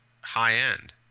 high-end